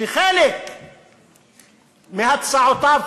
שחלק מהצעותיו,